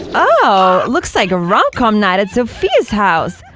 ah looks like ah rom com night at sophia's house!